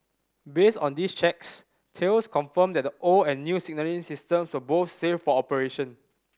based on these checks Thales confirmed that the old and new signalling systems were both safe for operation